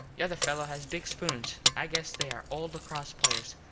the other fellos has big spoons. i guess they are old lacross players.